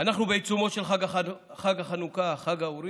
אנחנו בעיצומו של חג החנוכה, חג האורים.